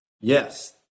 Yes